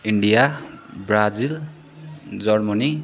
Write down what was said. India Brazil Germany